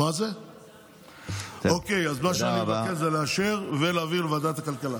אז אני מבקש לאשר ולהעביר לוועדת הכלכלה.